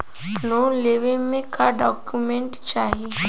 Loan लेवे मे का डॉक्यूमेंट चाही?